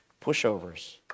pushovers